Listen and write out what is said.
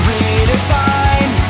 Redefine